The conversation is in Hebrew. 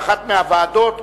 באחת הוועדות,